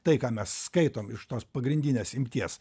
tai ką mes skaitom iš tos pagrindinės imties